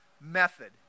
method